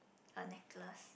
a necklace